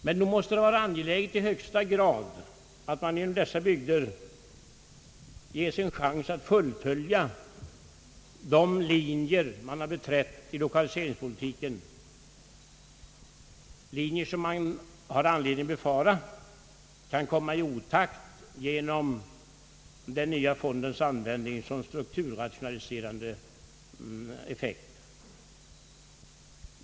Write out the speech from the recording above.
Men nog måste det i allra högsta grad vara angeläget att dessa bygder ges en chans att fullfölja de linjer som har uppdragits i lokaliseringspolitiken, linjer som kan befaras komma i olag genom den nya fondens användning såsom strukturrationaliserande medel.